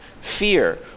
fear